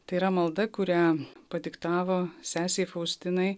tai yra malda kurią padiktavo sesei faustinai